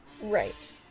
Right